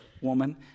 woman